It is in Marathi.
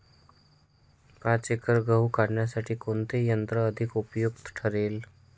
पाच एकर गहू काढणीसाठी कोणते यंत्र अधिक उपयुक्त ठरेल?